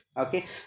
Okay